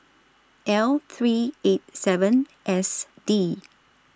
L three eight seven S D